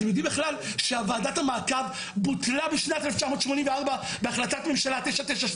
אתם יודעים בכלל שוועדת המעקב בוטלה בשנת 1984 בהחלטת ממשלה 992?